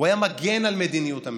הוא היה מגן על מדיניות הממשלה,